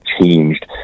changed